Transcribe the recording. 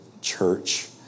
church